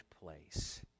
place